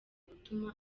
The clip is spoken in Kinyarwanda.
gutuma